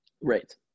Right